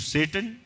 Satan